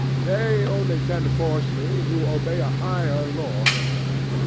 they only can force me who obey a higher law than i.